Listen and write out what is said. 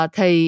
Thì